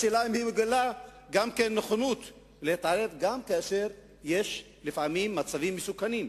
השאלה היא אם היא מגלה נכונות להתערב גם כאשר לפעמים יש מצבים מסוכנים.